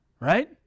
right